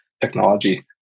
technology